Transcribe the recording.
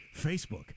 Facebook